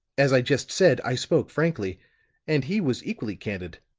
as i just said, i spoke frankly and he was equally candid,